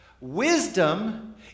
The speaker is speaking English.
Wisdom